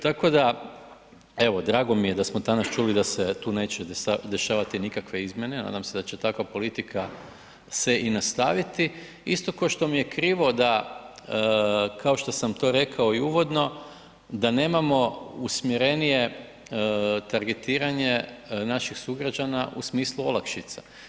Tako da, evo drago mi je da smo danas čuli da se tu neće dešavati nikakve izmjene, nadam se da će takva politika se i nastaviti, isto ko što mi je krivo da, kao što sam to rekao i uvodno da nemamo usmjerenije targetiranje naših sugrađana u smislu olakšica.